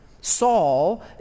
Saul